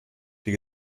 die